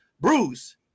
Bruce